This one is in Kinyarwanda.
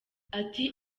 ati